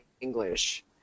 English